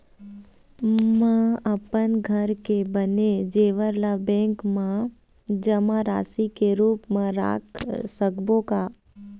म अपन घर के बने जेवर ला बैंक म जमा राशि के रूप म रख सकबो का?